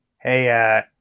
Hey